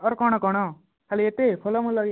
ଅର୍ କ'ଣ କ'ଣ ଖାଲି ଏତେ ଫଳମୂଳ